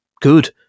good